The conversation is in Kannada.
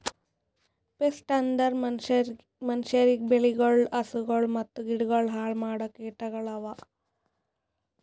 ಪೆಸ್ಟ್ ಅಂದುರ್ ಮನುಷ್ಯರಿಗ್, ಬೆಳಿಗೊಳ್, ಹಸುಗೊಳ್ ಮತ್ತ ಗಿಡಗೊಳ್ ಹಾಳ್ ಮಾಡೋ ಕೀಟಗೊಳ್ ಅವಾ